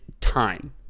time